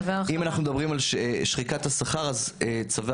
אם אנחנו מדברים על שחיקת השכר אז צווי